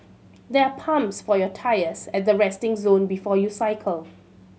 there are pumps for your tyres at the resting zone before you cycle